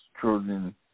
children